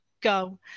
go